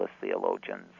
theologians